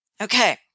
Okay